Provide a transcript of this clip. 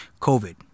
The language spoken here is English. COVID